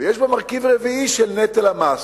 ויש בה מרכיב רביעי, של נטל המס.